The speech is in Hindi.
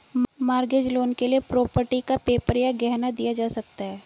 मॉर्गेज लोन के लिए प्रॉपर्टी का पेपर या गहना दिया जा सकता है